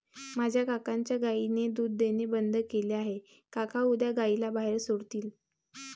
माझ्या काकांच्या गायीने दूध देणे बंद केले आहे, काका उद्या गायीला बाहेर सोडतील